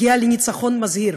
הגיעה לניצחון מזהיר,